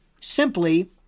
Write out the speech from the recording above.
simply